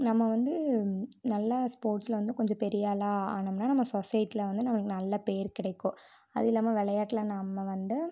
நம்ம வந்து நல்லா ஸ்போர்ட்ஸில் வந்து கொஞ்சம் பெரியாளாக ஆனோம்னா நம்ம சொசைட்டியில வந்து நம்மளுக்கு நல்ல பேர் கிடைக்கும் அதுவும் இல்லாமல் விளையாட்டுல நம்ம வந்து